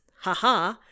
haha